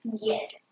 Yes